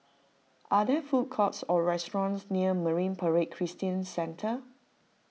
are there food courts or restaurants near Marine Parade Christian Centre